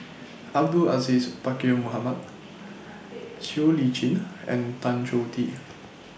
Abdul Aziz Pakkeer Mohamed Siow Lee Chin and Tan Choh Tee